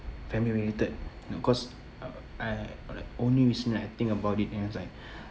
family-related cause uh I uh like only reason that I think about it and I was like